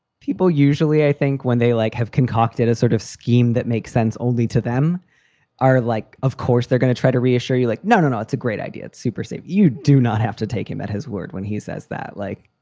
people usually think when they like have concocted a sort of scheme that makes sense only to them are like, of course they're going to try to reassure you like, no, no, no, it's a great idea. it's super safe. you do not have to take him at his word when he says that, like,